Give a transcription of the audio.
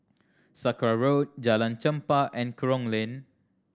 Sakra Road Jalan Chempah and Kerong Lane